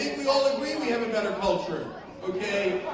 we all agree we have a better culture ok?